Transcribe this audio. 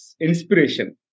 inspiration